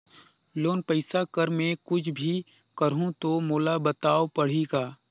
Loan पइसा कर मै कुछ भी करहु तो मोला बताव पड़ही का?